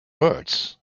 words